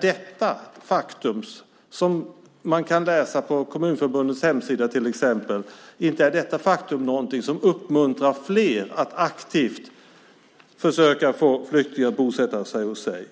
Detta är något som man till exempel kan läsa om på Kommunförbundets hemsida. Det är inte ett faktum som uppmuntrar fler att aktivt försöka få flyktingar att bosätta sig i kommunen.